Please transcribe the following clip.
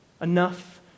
Enough